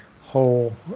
whole